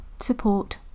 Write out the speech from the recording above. support